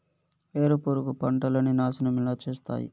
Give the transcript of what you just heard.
వేరుపురుగు పంటలని నాశనం ఎలా చేస్తాయి?